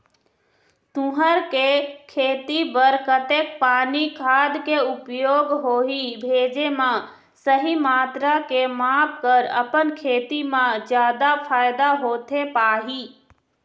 तुंहर के खेती बर कतेक पानी खाद के उपयोग होही भेजे मा सही मात्रा के माप कर अपन खेती मा जादा फायदा होथे पाही?